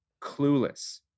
clueless